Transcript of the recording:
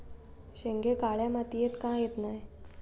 शेंगे काळ्या मातीयेत का येत नाय?